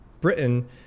Britain